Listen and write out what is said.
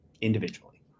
individually